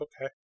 Okay